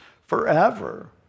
forever